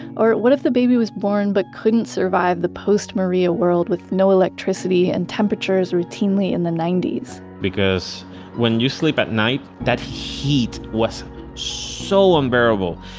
or, what if the baby was born, but couldn't survive the post-maria world with no electricity and temperatures routinely in the ninety s? because when you sleep at night, that heat was so unbearable.